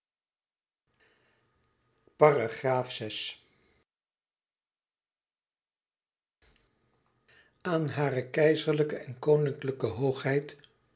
aan hare keizerlijke en koninklijke hoogheid